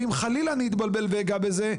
ואם חלילה אני אתבלבל ואגע בזה,